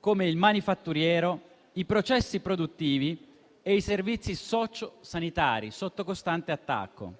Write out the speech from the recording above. come il manifatturiero, i processi produttivi e i servizi socio-sanitari sotto costante attacco.